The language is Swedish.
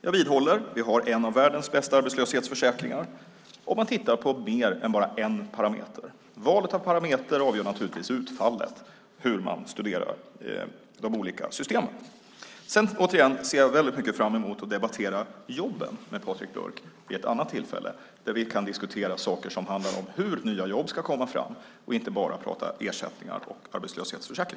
Jag vidhåller att vi har en av världens bästa arbetslöshetsförsäkringar om man tittar på mer än bara en parameter. Valet av parameter avgör naturligtvis utfallet, hur man studerar de olika systemen. Återigen ser jag väldigt mycket fram emot att debattera jobben med Patrik Björck vid ett annat tillfälle där vi kan diskutera saker som handlar om hur nya jobb ska komma fram och inte bara prata ersättningar och arbetslöshetsförsäkring.